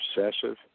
obsessive